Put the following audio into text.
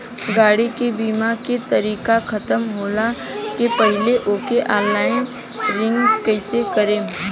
गाड़ी के बीमा के तारीक ख़तम होला के पहिले ओके ऑनलाइन रिन्यू कईसे करेम?